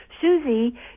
Susie